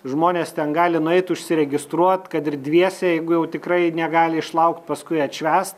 žmonės ten gali nueit užsiregistruot kad ir dviese jeigu jau tikrai negali išlaukt paskui atšvęst